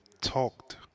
talked